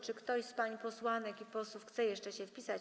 Czy ktoś z pań posłanek i panów posłów chce jeszcze się zapisać?